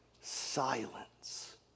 silence